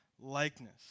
likeness